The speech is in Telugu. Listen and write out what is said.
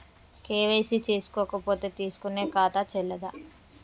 కే.వై.సీ చేసుకోకపోతే తీసుకునే ఖాతా చెల్లదా?